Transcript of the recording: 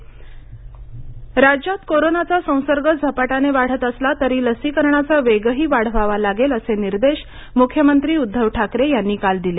ठाकरे बैठक राज्यात कोरोनाचा संसर्ग झपाट्याने वाढत असला तरी लसीकरणाचा वेगही वाढवावा लागेल असे निर्देश मुख्यमंत्री उद्धव ठाकरे यांनी काल दिले